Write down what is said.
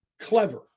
clever